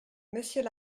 monsieur